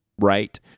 right